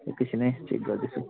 एकैछिन है चेक गर्दैछु